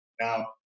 Now